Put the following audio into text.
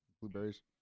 Blueberries